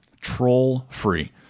Troll-free